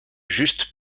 juste